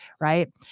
right